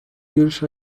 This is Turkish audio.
görüş